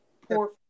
poor